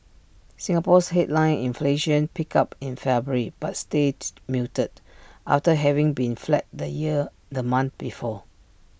Singapore's headline inflation picked up in February but stayed muted after having been flat the year the month before